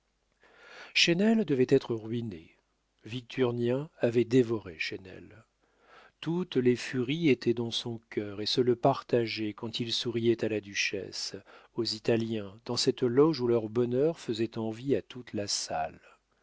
ami chesnel devait être ruiné victurnien avait dévoré chesnel toutes les furies étaient dans son cœur et se le partageaient quand il souriait à la duchesse aux italiens dans cette loge où leur bonheur faisait envie à toute la salle